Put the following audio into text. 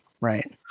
Right